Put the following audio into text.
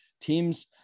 teams